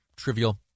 Trivial